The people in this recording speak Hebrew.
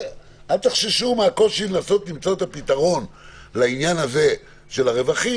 אל תחששו מהקושי לנסות למצוא את הפתרון לעניין הזה של הרווחים